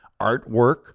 artwork